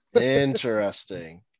Interesting